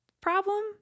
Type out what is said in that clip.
problem